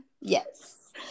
Yes